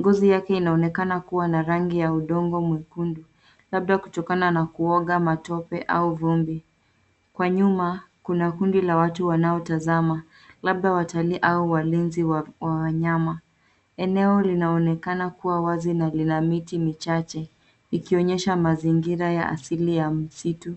Ngozi yake inaonekana kuwa na rangi ya udongo mwekundu labda kutokana na kuoga matope au vumbi. Kwa nyuma kuna kundi la watu wanaotazama labda watalii au walinzi wa wanyama. Eneo linaonekana kuwa wazi na lina miti michache ikionyesha mazingira ya asili ya msitu.